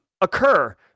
occur